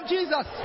Jesus